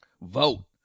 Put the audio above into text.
vote